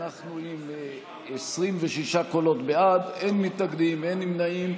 אנחנו עם 26 קולות בעד, אין מתנגדים, אין נמנעים.